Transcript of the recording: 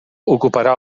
ocuparà